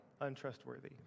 untrustworthy